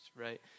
right